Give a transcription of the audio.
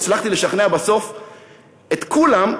הצלחתי לשכנע בסוף את כולם,